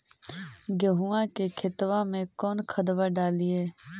गेहुआ के खेतवा में कौन खदबा डालिए?